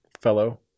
fellow